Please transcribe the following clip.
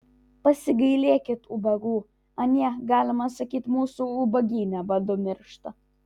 pasigailėkit ubagų anie galima sakyti mūsų ubagyne badu miršta